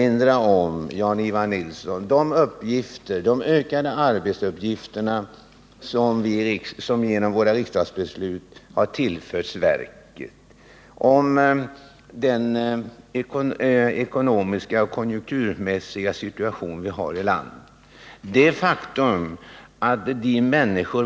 Låt mig bara erinra, Jan-Ivan Nilsson, om de utökningar av verkets arbetsuppgifter som skett genom beslut i riksdagen och om den ekonomiska och konjunkturmässiga situation som vi har i vårt land.